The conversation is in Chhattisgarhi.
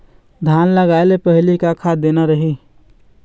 धान लगाय के पहली का खाद देना रही?